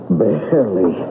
barely